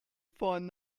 find